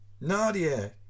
Nadia